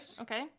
okay